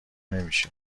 نمیشه